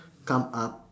come up